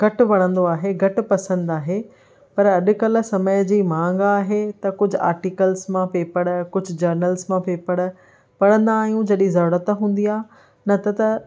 घटि वणंदो आहे घटि पसंदि आहे पर अॼुकल्ह समय जी मांग आहे त कुझु आर्टिकल्स मां पेपड़ कुझु जर्नल्स मां पेपड़ पढ़ंदा आहियूं जॾहिं ज़रूरत हूंदी आहे न त त